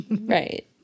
Right